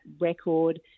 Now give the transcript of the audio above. record